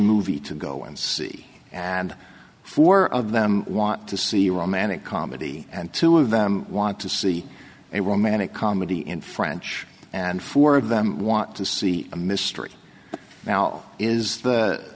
movie to go and see and four of them want to see romantic comedy and two of them want to see a romantic comedy in french and four of them want to see a mystery now